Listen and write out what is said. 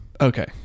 Okay